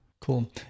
Cool